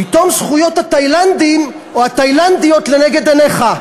פתאום זכויות התאילנדים או התאילנדיות לנגד עיניך.